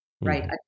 right